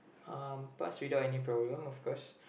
um passed without any problem of course